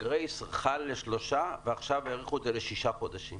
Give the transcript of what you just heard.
ה-גרייס חל לשלושה חודשים ועכשיו האריכו לשישה חודשים.